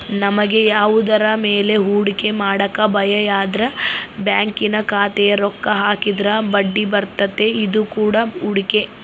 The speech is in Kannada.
ನಮಗೆ ಯಾವುದರ ಮೇಲೆ ಹೂಡಿಕೆ ಮಾಡಕ ಭಯಯಿದ್ರ ಬ್ಯಾಂಕಿನ ಖಾತೆಗೆ ರೊಕ್ಕ ಹಾಕಿದ್ರ ಬಡ್ಡಿಬರ್ತತೆ, ಇದು ಕೂಡ ಹೂಡಿಕೆ